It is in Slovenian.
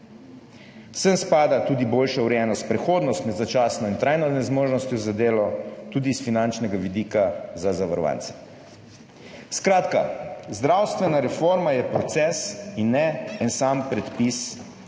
Sem spada tudi boljša urejenost, prehodnost med začasno in trajno nezmožnostjo za delo, tudi s finančnega vidika za zavarovance. Skratka, zdravstvena reforma je proces in ne en sam predpis,